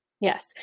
Yes